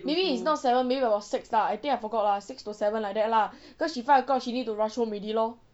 maybe it's not seven maybe about six lah I think I forgot lah six to seven like that lah cause she five o'clock she need to rush home already lor